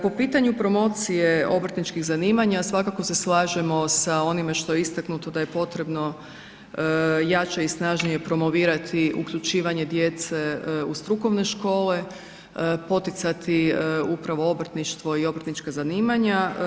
Po pitanju promocije obrtničkih zanimanja, svakako se slažemo sa onime što je istaknuto da je potrebno jače i snažnije promovirati uključivanje djece u strukovne škole, poticati upravo obrtništvo i obrtnička zanimanja.